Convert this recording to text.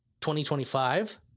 2025